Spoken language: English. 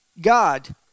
God